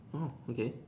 orh okay